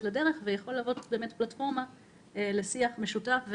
לדרך ויכול להוות פלטפורמה לשיח משותף.